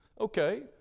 Okay